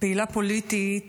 פעילה פוליטית